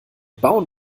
bauen